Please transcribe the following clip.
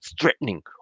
threatening